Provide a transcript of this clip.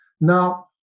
Now